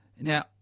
Now